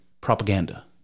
propaganda